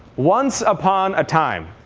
once upon a time,